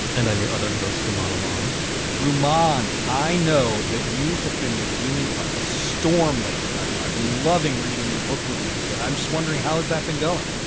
and i'm your other host, vermont alarm room on. i know that you have been reviewing up a storm lately. i've i've been loving reading your book reviews, but i'm just wondering, how is that been going?